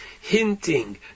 hinting